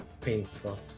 painful